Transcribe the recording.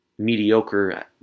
mediocre